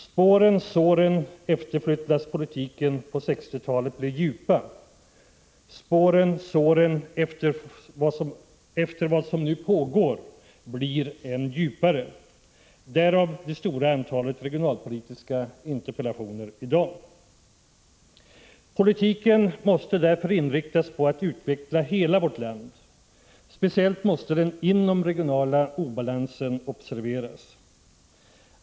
Spåren såren efter vad som nu pågår blir än djupare — därav det stora antalet regionalpolitiska interpellationer i dag. Politiken måste därför inriktas på att utveckla hela vårt land. Speciellt måste den inomregionala obalansen observeras.